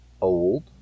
Old